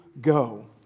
go